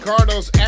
Cardinals